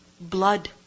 blood